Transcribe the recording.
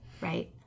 Right